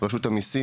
רשות המיסים,